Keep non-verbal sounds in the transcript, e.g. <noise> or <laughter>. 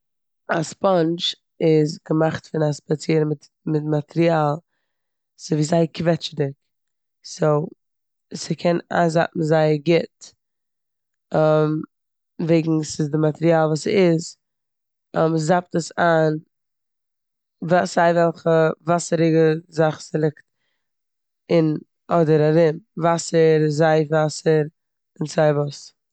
א ספאנדש איז געמאכט פון א ספעציעלע מאטריאל, ס'אזויווי זייער קוועטשעדיג, סאו ס'קען איינזאפן זייער גוט. <hesitation> וועגן ס'איז די מאטריאל וואס ס'איז <hesitation> זאפט עס איין ווא- סיי וועלכע וואסעריגע זאך ס'ליגט אין אדער ארום. וואסער, זייף וואסער און סיי וואס.